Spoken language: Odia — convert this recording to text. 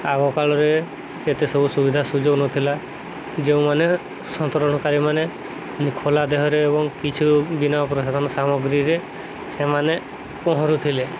ଆଗକାଳରେ ଏତେ ସବୁ ସୁବିଧା ସୁଯୋଗ ନଥିଲା ଯେଉଁମାନେ ସନ୍ତରଣକାରୀମାନେ ଖୋଲା ଦେହରେ ଏବଂ କିଛି ବିନା ପ୍ରସାଧନ ସାମଗ୍ରୀରେ ସେମାନେ ପହଁରୁଥିଲେ